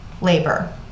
labor